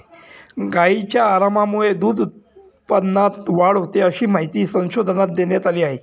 गायींच्या आरामामुळे दूध उत्पादनात वाढ होते, अशी माहिती संशोधनात देण्यात आली आहे